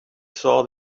saw